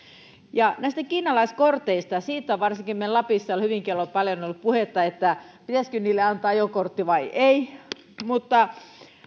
näistä kiinalaiskorteista siitä on varsinkin meillä lapissa ollut hyvinkin paljon puhetta pitäisikö niille antaa ajokortti vai ei